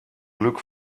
glück